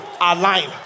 Align